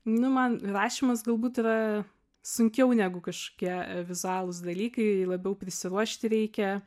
nu man rašymas galbūt yra sunkiau negu kažkokie vizualūs dalykai labiau prisiruošti reikia